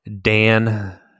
Dan